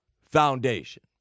Foundation